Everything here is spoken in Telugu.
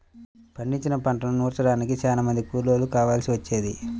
పండించిన పంటను నూర్చడానికి చానా మంది కూలోళ్ళు కావాల్సి వచ్చేది